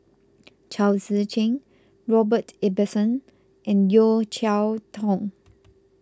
Chao Tzee Cheng Robert Ibbetson and Yeo Cheow Tong